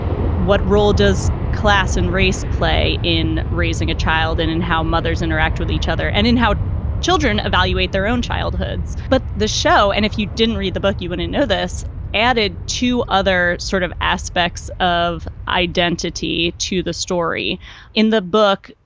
what role does class and race play in raising a child and and how mothers interact with each other and in how children evaluate their own childhoods? but the show and if you didn't read the book, you wouldn't know this added to other sort of aspects of identity to the story in the book.